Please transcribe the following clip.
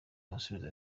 amusubiza